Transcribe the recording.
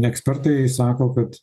ekspertai sako kad